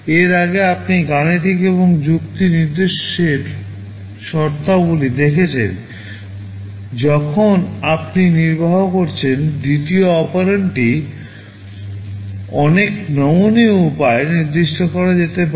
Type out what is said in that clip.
এর আগে আপনি গাণিতিক এবং যুক্তি নির্দেশের শর্তাবলী দেখেছেন যখন আপনি নির্বাহ করছেন দ্বিতীয় অপারেন্ডটি অনেক নমনীয় উপায়ে নির্দিষ্ট করা যেতে পারে